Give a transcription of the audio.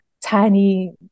tiny